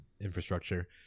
infrastructure